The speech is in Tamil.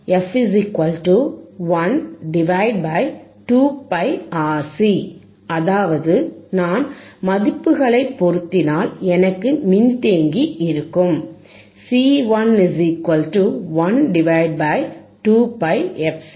F1 2πRC அதாவது நான் மதிப்புகளை பொருத்தினால் எனக்கு மின்தேக்கி இருக்கும் C112πfcR